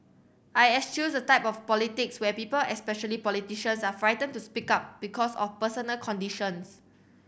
I eschew the type of politics where people especially politicians are frightened to speak up because of personal considerations